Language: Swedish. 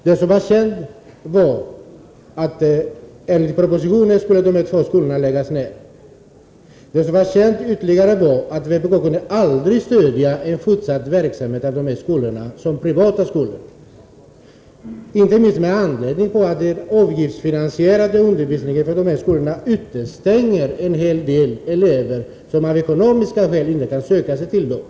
Det som var känt var att de två skolorna enligt propositionen skulle läggas ned. Det var ytterligare känt att vpk aldrig kunde komma att stödja en fortsatt verksamhet i privat regi — inte minst med anledning av att den avgiftsfinansierade undervisningen vid de här skolorna utestänger en hel del elever som av ekonomiska skäl inte kan söka sig till dem.